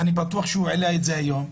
ואני בטוח שהוא העלה את זה היום.